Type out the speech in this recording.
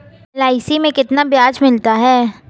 LIC में कितना ब्याज मिलता है?